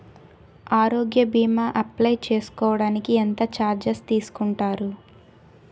ఆరోగ్య భీమా అప్లయ్ చేసుకోడానికి ఎంత చార్జెస్ తీసుకుంటారు?